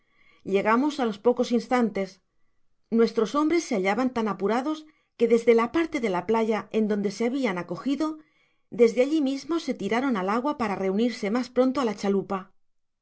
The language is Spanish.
bordo llegamos á los pocos instantes nuestros hombres se hallaban tan apurados que desde la parte de la playa en donde se habian acogido desde alli mismo se tiraron al agua para reunirse mas pronto á la chalupa